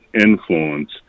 influence